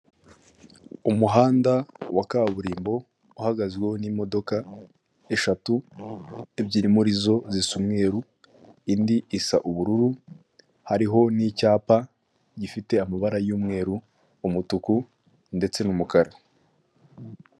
Abantu batandukanye bafite amadapo y'ibara ry'umweru ubururu n'umutuku yanditseho Efuperi bakikije umukuru w'igihugu perezida Poul Kagame wambaye ingofero y'umukara umupira w'umweru, uriho ikirangantego cya efuperi wazamuye akaboko.